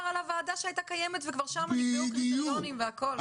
ועדה שהייתה קיימת ובה נקבעו קריטריונים והכול.